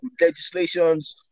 legislations